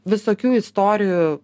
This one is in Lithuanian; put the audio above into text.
visokių istorijų